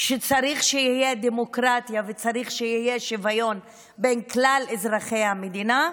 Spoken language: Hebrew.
שצריך שתהיה דמוקרטיה וצריך שיהיה שוויון בין כלל אזרחי המדינה,